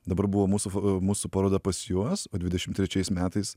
dabar buvo mūsų mūsų paroda pas juos o dvidešim trečiais metais